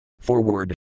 Forward